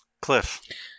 Cliff